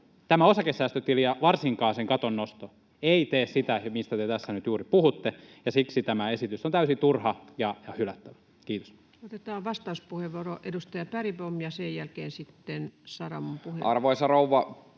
tämä osakesäästötili ja varsinkaan sen katon nosto eivät tee sitä, mistä te tässä nyt juuri puhutte, ja siksi tämä esitys on täysin turha ja hylättävä. — Kiitos. Otetaan vastauspuheenvuoro, edustaja Bergbom, ja sen jälkeen sitten Saramon puheenvuoro. Arvoisa rouva